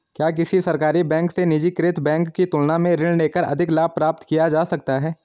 क्या किसी सरकारी बैंक से निजीकृत बैंक की तुलना में ऋण लेकर अधिक लाभ प्राप्त किया जा सकता है?